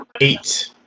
Eight